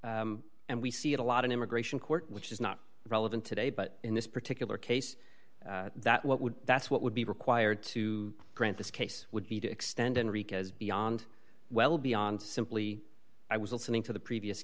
and we see it a lot in immigration court which is not relevant today but in this particular case that what would that's what would be required to grant this case would be to extend enrquez beyond well beyond simply i was listening to the previous